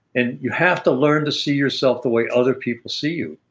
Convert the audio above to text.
and you have to learn to see yourself the way other people see you.